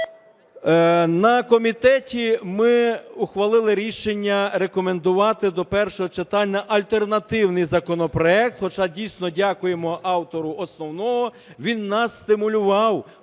На комітеті ми ухвалили рішення рекомендувати до першого читання альтернативний законопроект, хоча дійсно дякуємо автору основного, він нас стимулював